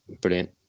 brilliant